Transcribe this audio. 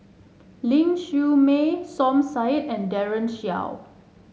Ling Siew May Som Said and Daren Shiau